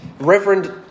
Reverend